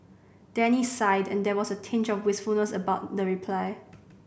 Danny sighed and there was a tinge of wistfulness about the reply